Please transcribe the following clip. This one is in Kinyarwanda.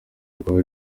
rwa